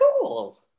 cool